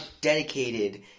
dedicated